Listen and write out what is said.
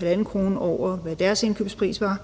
1,5 kr. over, hvad deres indkøbspris var.